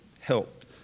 help